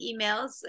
emails